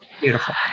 beautiful